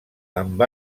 amb